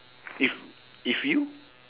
if if you